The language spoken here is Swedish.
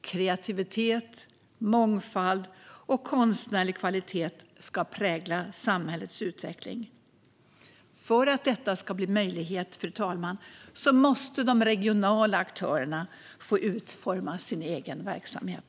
Kreativitet, mångfald och konstnärlig kvalitet ska prägla samhällets utveckling." För att detta ska bli möjligt, fru talman, måste de regionala aktörerna få utforma sin egen verksamhet.